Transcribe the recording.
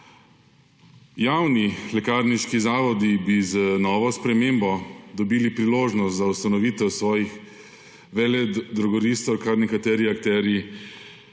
Javni lekarniški zavodi bi z novo spremembo dobili priložnost za ustanovitev svojih veledrogeristov, kar nekateri akterji